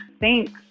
Thanks